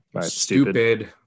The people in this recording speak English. Stupid